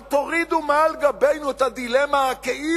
אבל תורידו מעל גבנו את הדילמה-כאילו